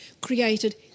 created